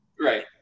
Right